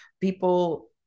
people